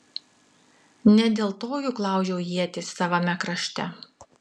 ne dėl to juk laužiau ietis savame krašte